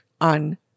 on